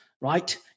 right